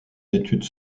études